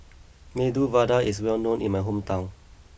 Medu Vada is well known in my hometown